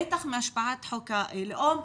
בטח מהשפעת חוק הלאום,